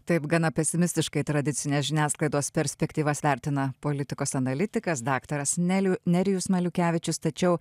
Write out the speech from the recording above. taip gana pesimistiškai tradicinės žiniasklaidos perspektyvas vertina politikos analitikas daktadas neliu nerijus maliukevičius tačiau